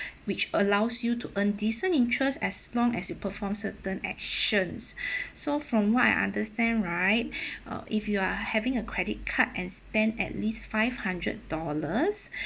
which allows you to earn decent interests as long as you perform certain actions so from what I understand right uh if you are having a credit card and spend at least five hundred dollars